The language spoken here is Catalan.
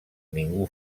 ningú